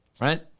right